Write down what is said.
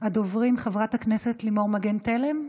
הדוברים היא חברת הכנסת לימור מגן תלם.